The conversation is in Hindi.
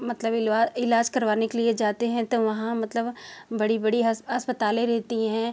मतलब इलवा इलाज करवाने के लिए जाते हैं तो वहाँ मतलब बड़ी बड़ी हस अस्पतालें रहती हैं